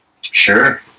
Sure